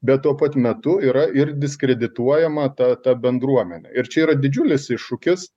bet tuo pat metu yra ir diskredituojama ta ta bendruomenė ir čia yra didžiulis iššūkis